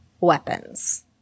weapons